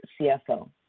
CFO